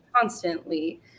constantly